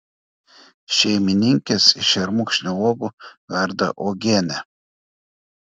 šeimininkės iš šermukšnio uogų verda uogienę